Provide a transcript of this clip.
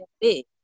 big